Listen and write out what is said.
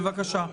בבקשה.